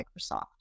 Microsoft